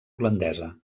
holandesa